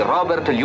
Robert